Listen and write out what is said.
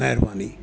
महिरबानी